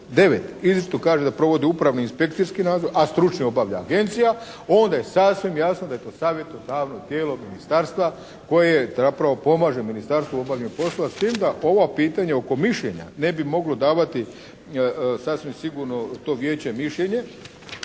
29. izričito kaže da provodi upravni i inspekcijski nadzor, a stručni obavlja agencija, onda je sasvim jasno da je to savjetodavno tijelo ministarstva koje zapravo pomaže ministarstvu u obavljanju poslova, s tim da ovo pitanje oko mišljenja ne bi moglo davati sasvim sigurno to vijeće mišljenje